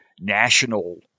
national